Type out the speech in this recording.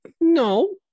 No